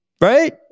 right